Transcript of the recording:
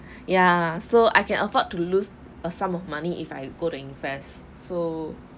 ya so I can afford to lose a sum of money if I go to invest so